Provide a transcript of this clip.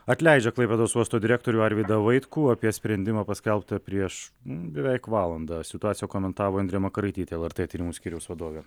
atleidžia klaipėdos uosto direktorių arvydą vaitkų apie sprendimą paskelbtą prieš beveik valandą situaciją komentavo indrė makaraitytė lrt tyrimų skyriaus vadovė